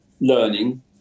learning